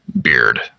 beard